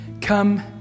come